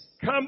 Come